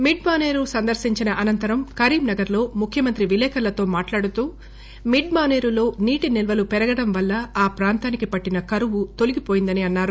మిడ్మానేరు సందర్భించిన అనంతరం కరీంనగర్లో ముఖ్యమంత్రి విలేకరులతో మాట్లాడుతూ మిడ్ మానేరులో నీటి నిల్వలు పెరగడం వల్ల ఈ ప్రాంతానికి పట్టిన కరవు తొలగిపోయిందని అన్నారు